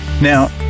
Now